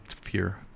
fear